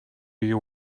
you